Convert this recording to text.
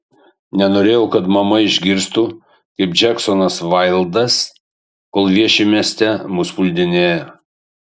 nenorėjau kad mama išgirstų kaip džeksonas vaildas kol vieši mieste mus puldinėja